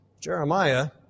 Jeremiah